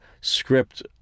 script